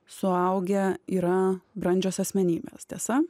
suaugę yra brandžios asmenybės tiesa